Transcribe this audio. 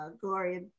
Gloria